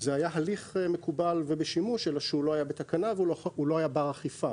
זה היה הלך מקובל ובשימוש אלא שהוא לא היה בתקנה והוא לא היה בר אכיפה.